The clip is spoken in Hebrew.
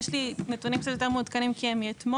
יש לי נתונים קצת יותר מעודכנים כי הם מאתמול.